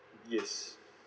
yes